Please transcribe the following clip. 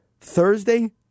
Thursday